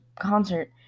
concert